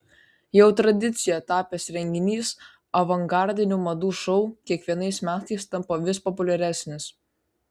jau tradicija tapęs renginys avangardinių madų šou kiekvienais metais tampa vis populiaresnis